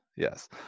Yes